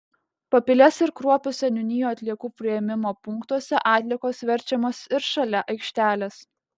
papilės ir kruopių seniūnijų atliekų priėmimo punktuose atliekos verčiamos ir šalia aikštelės